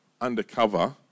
undercover